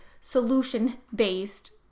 solution-based